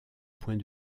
point